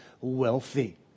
wealthy